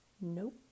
Nope